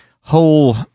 whole